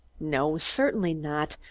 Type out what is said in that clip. no, certainly not,